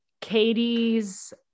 Katie's